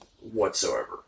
whatsoever